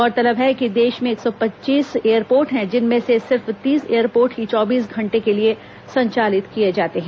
गौरतलब है कि देश में एक सौ पच्चीस एयरपोर्ट हैं जिनमें से सिर्फ तीस एयरपोर्ट ही चौबीस घंटे के लिए संचालित किए जाते हैं